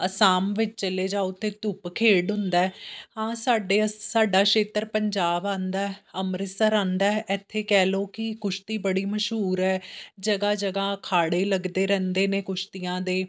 ਅਸਾਮ ਵਿੱਚ ਚਲੇ ਜਾਓ ਤੇ ਧੁੱਪ ਖੇਡ ਹੁੰਦਾ ਹਾਂ ਸਾਡੇ ਸਾਡਾ ਸ਼ੇਤਰ ਪੰਜਾਬ ਆਉਂਦਾ ਅੰਮ੍ਰਿਤਸਰ ਆਉਂਦਾ ਇੱਥੇ ਕਹਿ ਲਉ ਕਿ ਕੁਸ਼ਤੀ ਬੜੀ ਮਸ਼ਹੂਰ ਹੈ ਜਗ੍ਹਾ ਜਗ੍ਹਾ ਅਖਾੜੇ ਲੱਗਦੇ ਰਹਿੰਦੇ ਨੇ ਕੁਸ਼ਤੀਆਂ ਦੇ